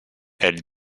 elle